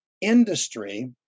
industry